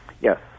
yes